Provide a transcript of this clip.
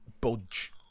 budge